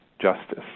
justice